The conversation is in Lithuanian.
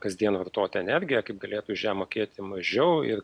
kasdien vartoti energiją kaip galėtų už ją mokėti mažiau ir